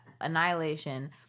Annihilation